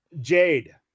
Jade